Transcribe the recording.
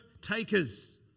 takers